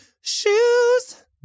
Shoes